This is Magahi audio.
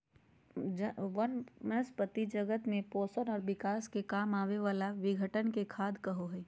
वनस्पती जगत में पोषण और विकास के काम आवे वाला विघटन के खाद कहो हइ